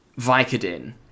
Vicodin